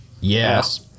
Yes